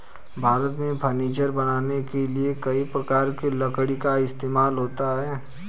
भारत में फर्नीचर बनाने के लिए कई प्रकार की लकड़ी का इस्तेमाल होता है